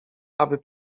aby